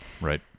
right